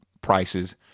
prices